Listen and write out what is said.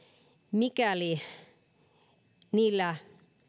mikäli niillä